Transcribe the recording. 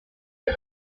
des